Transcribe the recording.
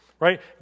Right